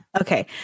okay